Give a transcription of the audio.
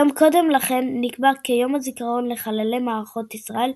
יום קודם לכן נקבע כיום הזיכרון לחללי מערכות ישראל,